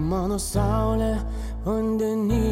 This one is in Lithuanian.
mano saulė vandeny